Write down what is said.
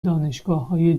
دانشگاههای